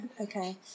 okay